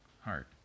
heart